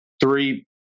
three